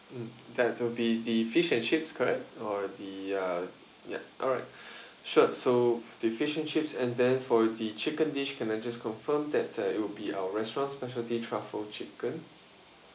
mm that would be the fish and chips correct or the uh yup alright sure so the fish and chips and then for the chicken dish can I just confirm that uh it will be our restaurant's specialty truffle chicken